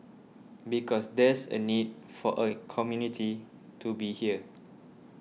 because there's a need for a community to be here